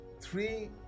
three